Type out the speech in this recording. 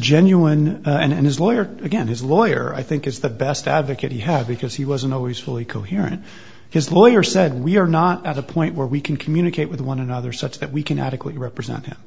genuine and his lawyer again his lawyer i think is the best advocate he had because he wasn't always fully coherent his lawyer said we are not at a point where we can communicate with one another such that we can adequately represent him